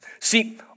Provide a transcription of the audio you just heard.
See